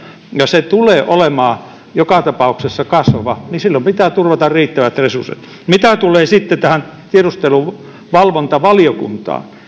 ja tarve tulee olemaan joka tapauksessa kasvava eli silloin pitää turvata riittävät resurssit mitä tulee sitten tähän tiedusteluvalvontavaliokuntaan